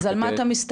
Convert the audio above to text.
אז על מה אתה מסתכל?